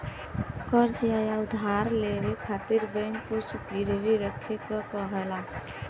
कर्ज़ या उधार लेवे खातिर बैंक कुछ गिरवी रखे क कहेला